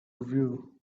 view